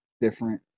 different